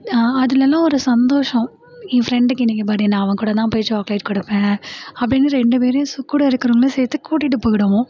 அதிலல்லாம் ஒரு சந்தோஷோம் என் ஃப்ரெண்டுக்கு இன்னைக்கு பேடே நான் அவன் கூட தான் போய் சாக்லேட் கொடுப்பேன் அப்படின்னு ரெண்டு பேரையும் கூட இருக்குறவங்களையும் சேர்த்து கூட்டிட்டு போய்டுவோம்